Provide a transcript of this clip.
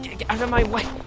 get out of my way